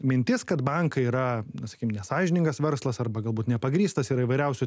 mintis kad bankai yra sakykim nesąžiningas verslas arba galbūt nepagrįstas yra įvairiausių